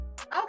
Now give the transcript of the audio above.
okay